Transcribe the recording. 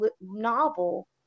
novel